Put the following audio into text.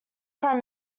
prime